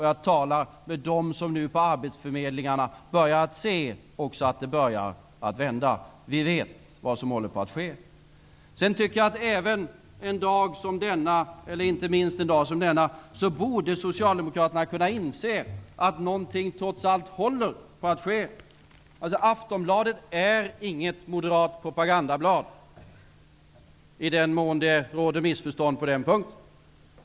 Jag talar med dem som på arbetsförmedlingarna ser att det nu börjat vända. Vi vet vad som håller på att ske. Jag tycker att socialdemokraterna, inte minst en dag som denna, borde kunna inse att något trots allt håller på att ske. Aftonbladet är inte något moderat propagandablad; det vill jag påpeka i den mån det råder missförstånd på den punkten.